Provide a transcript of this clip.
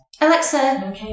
Alexa